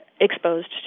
exposed